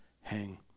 hang